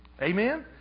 Amen